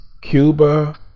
cuba